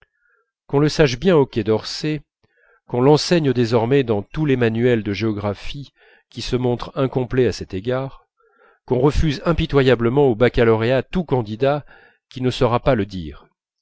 qu'on le sache bien au quai d'orsay qu'on l'enseigne désormais dans tous les manuels de géographie qui se montrent incomplets à cet égard qu'on refuse impitoyablement au baccalauréat tout candidat qui ne saura pas le dire